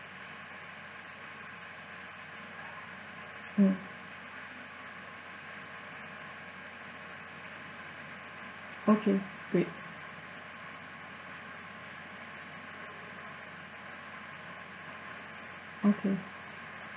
mm okay great okay